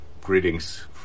greetings